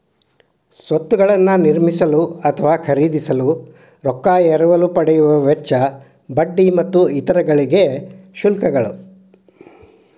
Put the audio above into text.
ಸ್ವತ್ತುಗಳನ್ನ ನಿರ್ಮಿಸಲು ಅಥವಾ ಖರೇದಿಸಲು ರೊಕ್ಕಾ ಎರವಲು ಪಡೆಯುವ ವೆಚ್ಚ, ಬಡ್ಡಿ ಮತ್ತು ಇತರ ಗಳಿಗೆ ಶುಲ್ಕಗಳು